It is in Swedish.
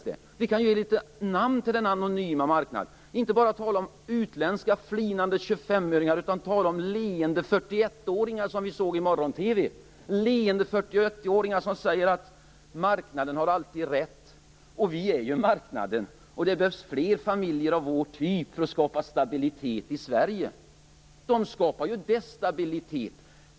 Det är några personer från "den anonyma marknaden". Vi behöver inte bara tala om flinande utländska 25-åringar utan kan också nämna en leende 41-åring, som vi har sett på morgon-TV. Han säger: Marknaden har alltid rätt - och vi är ju marknaden. Det behövs fler familjer av vår typ för att skapa stabilitet i Sverige. Dessa personer skapar ju destabilitet.